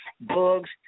bugs